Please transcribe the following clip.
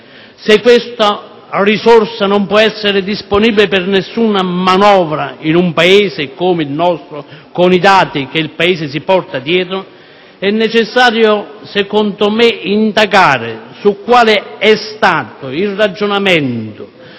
se questa risorsa non può essere disponibile per nessuna manovra in un Paese come il nostro, con i dati che si porta dietro, è necessario, secondo me, indagare su quale sia stato il ragionamento